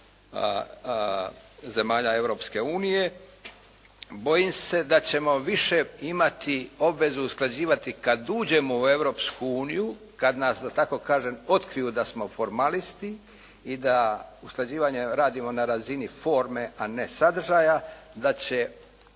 zemalja Europske unije, bojim se da ćemo više imati obvezu usklađivati kada uđemo u Europsku uniju, kada nas da tako kažem otkriju da smo formalisti i da usklađivanje radimo na razini forme, a ne sadržaja, da će